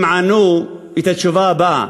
הם ענו את התשובה הבאה,